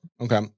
Okay